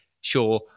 sure